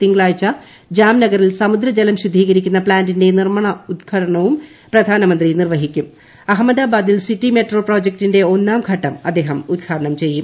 തിങ്കളാഴ്ച ജാംനഗറിൽ സമുദ്രജലം ശുദ്ധീകരിക്കുന്ന പ്പാന്റിന്റെ നിർമാണോദ്ഘാടനവും അഹമ്മദാബാദിൽ സിറ്റി മെട്രോ പ്രോജക്ടിന്റെ ഒന്നാംഘട്ടം അദ്ദേഹം ഉദ്ഘാടനം ചെയ്യും